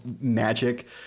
magic